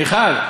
מיכל?